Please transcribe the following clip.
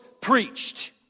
preached